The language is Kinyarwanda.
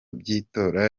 by’itora